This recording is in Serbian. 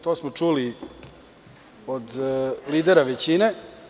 To smo čuli od lidera većine.